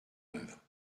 œuvre